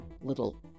little